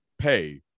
pay